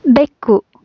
ಬೆಕ್ಕು